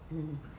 mm